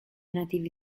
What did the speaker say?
nativi